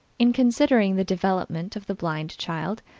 in considering the development of the blind child,